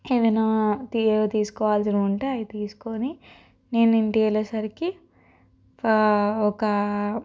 ఏవయినా తీ తీసుకోవలసినవి ఉంటే అయి తీసుకొని నేనింటికెళ్ళేసరికి ఒకా